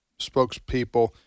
spokespeople